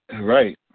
Right